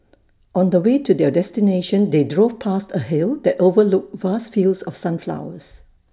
on the way to their destination they drove past A hill that overlooked vast fields of sunflowers